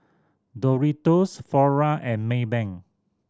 Doritos Flora and Maybank